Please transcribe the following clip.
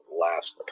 last